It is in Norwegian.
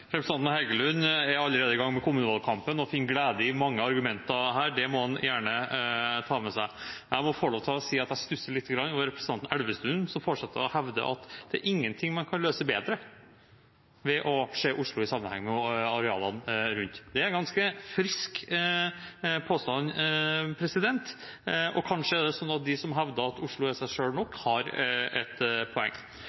Representanten Heggelund er allerede i gang med kommunevalgkampen og finner glede i mange argumenter her. Det må han gjerne ta med seg. Jeg må få lov til å si at jeg stusser litt over representanten Elvestuen, som får seg til å hevde at det er ingenting man kan løse bedre ved å se Oslo i sammenheng med arealene rundt. Det er en ganske frisk påstand, og kanskje er det sånn at de som hevder at Oslo er seg selv nok, har et poeng.